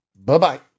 bye-bye